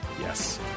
Yes